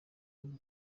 umuntu